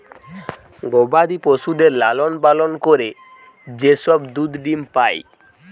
গবাদি পশুদের লালন পালন করে যে সব দুধ ডিম্ পাই